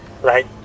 right